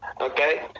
okay